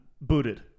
booted